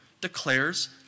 declares